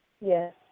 Yes